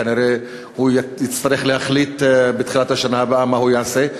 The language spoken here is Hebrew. כנראה הוא יצטרך להחליט בתחילת השנה הבאה מה הוא יעשה,